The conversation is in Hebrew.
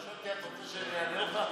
אתה רוצה שאני אענה לך?